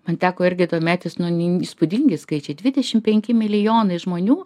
man teko irgi domėtis nu nin įspūdingi skaičiai dvidešimt penki milijonai žmonių